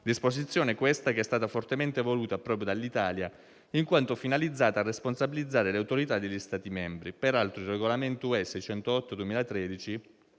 Disposizione questa che è stata fortemente voluta proprio dall'Italia in quanto finalizzata a responsabilizzare le autorità degli Stati membri. Peraltro, il regolamento UE n. 608/2103